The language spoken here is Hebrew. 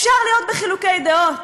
אפשר להיות בחילוקי דעות,